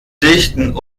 dichten